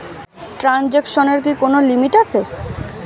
ট্রানজেকশনের কি কোন লিমিট আছে?